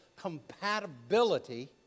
compatibility